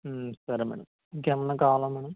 సరే మేడం ఇంకా ఏమైనా కావాలా మేడం